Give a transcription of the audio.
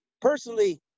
personally